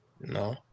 no